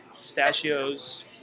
pistachios